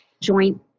joint